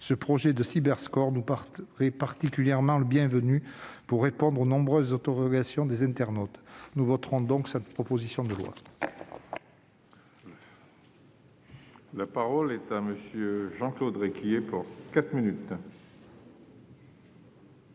ce projet de Cyberscore nous paraît-il particulièrement bienvenu pour répondre aux nombreuses interrogations des internautes. Nous voterons donc cette proposition de loi. La parole est à M. Jean-Claude Requier. Monsieur